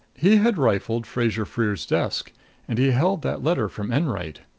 he had rifled fraser-freer's desk and he held that letter from enwright.